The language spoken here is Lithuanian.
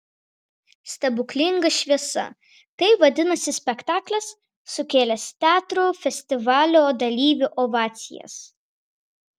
stebuklinga šviesa taip vadinasi spektaklis sukėlęs teatrų festivalio dalyvių ovacijas